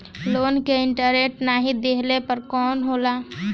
Loan के interest नाही देहले पर का होई?